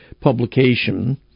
Publication